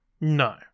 No